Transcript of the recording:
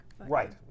Right